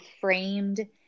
framed